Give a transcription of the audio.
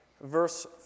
verse